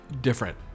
Different